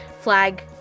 flag